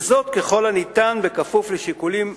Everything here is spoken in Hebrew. וזאת ככל הניתן בכפוף לשיקולים מוזיאליים,